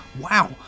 Wow